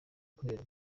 kubera